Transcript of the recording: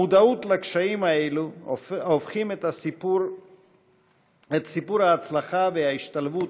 המודעות לקשיים האלה הופכת את סיפור ההצלחה וההשתלבות